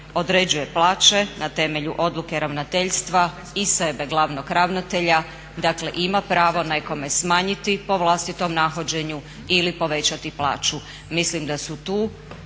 određuje plaće na temelju odluke ravnateljstva i sebe glavnog ravnatelja, dakle ima pravo nekome smanjiti po vlastitom nahođenju ili povećati plaću. Mislim da su tu